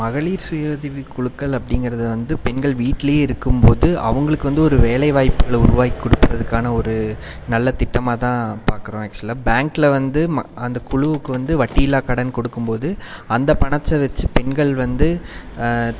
மகளிர் சுய உதவி குழுக்கள் அப்படிங்கறது வந்து பெண்கள் வீட்டில் இருக்கும்போது அவங்களுக்கு வந்து ஒரு வேலைவாய்ப்புகளை உருவாக்கி கொடுக்கறதுக்கான ஒரு நல்ல திட்டமாகதான் பார்க்குறோம் ஆக்சுவலாக பேங்கில் வந்து அந்த குழுக்கு வந்து வட்டியில்லா கடன் கொடுக்கும்போது அந்த பணத்தை வச்சி பெண்கள் வந்து